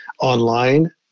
online